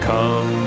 Come